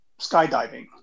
skydiving